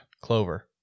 clover